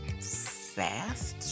fast